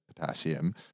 potassium